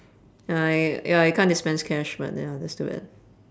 ya it ya it can't dispense cash but ya that's too bad